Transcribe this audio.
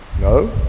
No